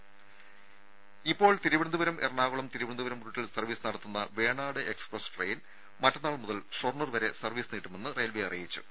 ദേഴ ഇപ്പോൾ തിരുവനന്തപുരം എറണാകുളം തിരുവനന്തപുരം റൂട്ടിൽ സർവ്വീസ് നടത്തുന്ന വേണാട് എക്സ്പ്രസ് ട്രെയിൻ മറ്റന്നാൾ മുതൽ ഷൊർണൂർ വരെ സർവീസ് നീട്ടുമെന്ന് റെയിൽവെ അറിയിച്ചു